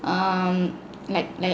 um like like